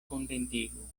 kontentigu